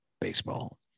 baseball